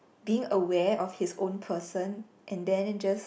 being aware of his own person and then just